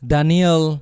Daniel